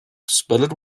spilled